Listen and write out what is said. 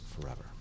forever